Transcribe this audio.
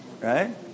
Right